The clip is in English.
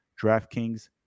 DraftKings